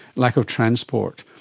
lack of transport,